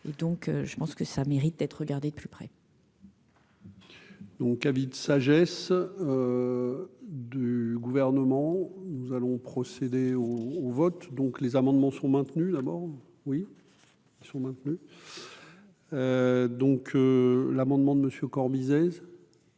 et donc je pense que ça mérite d'être regardé de plus près. Donc, avis de sagesse du gouvernement, nous allons procéder au vote, donc les amendements seront maintenus, d'abord. Oui, ils sont maintenus. Donc l'amendement de Monsieur